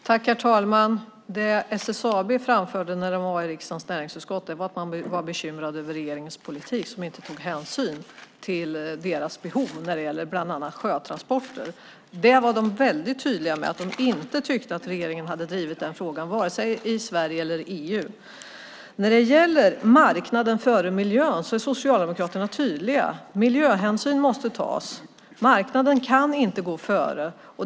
Herr talman! Det SSAB framförde när de var i riksdagens näringsutskott var att de var bekymrade över regeringens politik som inte tog hänsyn till deras behov när det gäller bland annat sjötransporter. De var väldigt tydliga med att de inte tyckte att regeringen hade drivit den frågan, vare sig i Sverige eller i EU. När det gäller marknaden före miljön är Socialdemokraterna tydliga: Miljöhänsyn måste tas. Marknaden kan inte gå före.